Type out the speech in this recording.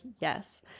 yes